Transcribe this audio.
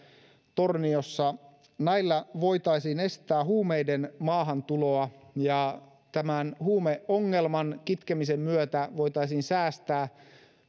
torniossa näillä voitaisiin estää huumeiden maahantuloa ja tämän huumeongelman kitkemisen myötä voitaisiin säästää